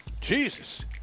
Jesus